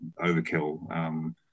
overkill